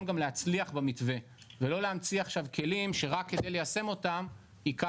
גם להצליח במתווה ולא להמציא עכשיו כלים שרק כדי ליישם ייקח